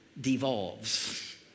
devolves